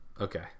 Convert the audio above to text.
okay